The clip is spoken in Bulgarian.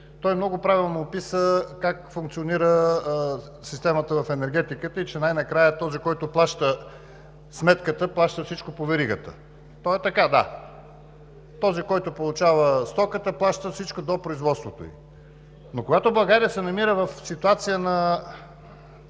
той много правилно описа как функционира системата в енергетиката и че най-накрая този, който плаща сметката, плаща всичко по веригата. Това е така – да, този, който получава стоката, плаща всичко до производството ѝ. Но когато България се намира в ситуация на